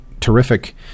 terrific